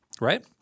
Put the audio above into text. right